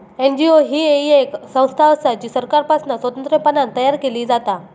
NGO ही येक संस्था असा जी सरकारपासना स्वतंत्रपणान तयार केली जाता